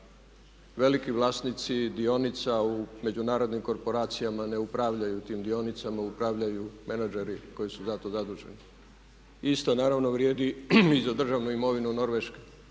Veliki vlasnici dionica u međunarodnim korporacijama ne upravljaju tim dionicama, upravljaju menadžer koji su za to zaduženi. Isto naravno vrijedi i za državnu imovinu Norveške.